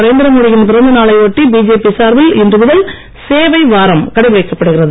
நரேந்திரமோடியின் பிறந்தநாளை ஒட்டி பிஜேபி சார்பில் இன்று முதல் சேவை வாரம் கடைபிடிக்கப்படுகிறது